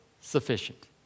sufficient